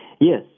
Yes